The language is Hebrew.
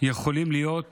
יכול להיות